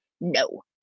no